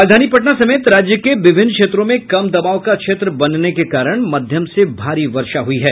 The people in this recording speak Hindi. राजधानी पटना समेत राज्य के विभिन्न क्षेत्रों में कम दबाव का क्षेत्र बनने के कारण मध्यम से भारी वर्षा हुई है